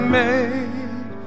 made